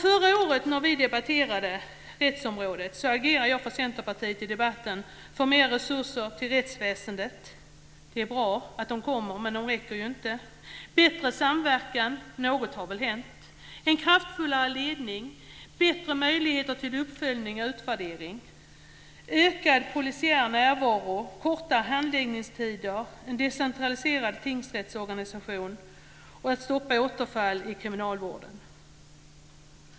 Förra året när vi debatterade rättsområdet agerade jag för Centerpartiet i debatten för mer resurser till rättsväsendet. Det är bra att de kommer, men de räcker ju inte. Jag agerade också för bättre samverkan - och något har väl hänt. Det gällde vidare en kraftfullare ledning, bättre möjligheter till uppföljning och utvärdering, ökad polisiär närvaro, kortare handläggningstider, en decentraliserad tingsrättsorganisation och att stoppa återfall i kriminalvården.